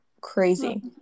crazy